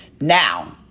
Now